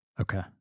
Okay